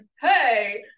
Hey